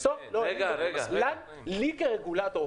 כרגולטור,